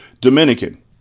Dominican